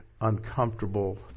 uncomfortable